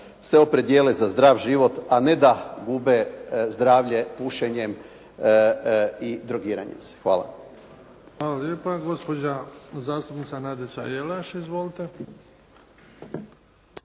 se opredijele za zdrav život a ne da gube zdravlje pušenjem i drogiranjem. Hvala. **Bebić, Luka (HDZ)** Hvala lijepa. Gospođa zastupnica Nadica Jelaš. Izvolite.